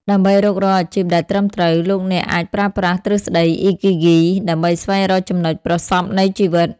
ដើម្បីរុករកអាជីពដែលត្រឹមត្រូវ លោកអ្នកអាចប្រើប្រាស់ទ្រឹស្តី អ៊ីគីហ្គី Ikigai ដើម្បីស្វែងរកចំណុចប្រសព្វនៃជីវិត។